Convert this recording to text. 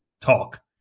talk